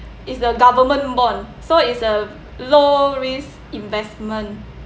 is the government bond so is a low risk investment